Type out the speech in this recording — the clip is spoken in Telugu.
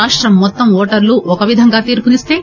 రాష్టం మొత్తం ఓటర్లు ఒకవిధంగా తీర్పునిస్తే